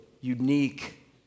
unique